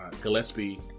Gillespie